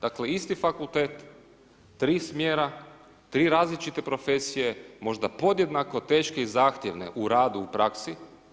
Dakle isti fakultet, tri smjera, tri različite profesije, možda podjednako teške i zahtjevne u radu i praksi.